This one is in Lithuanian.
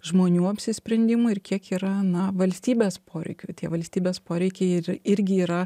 žmonių apsisprendimų ir kiek yra na valstybės poreikių tie valstybės poreikiai ir irgi yra